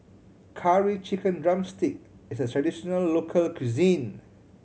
Curry Chicken drumstick is a traditional local cuisine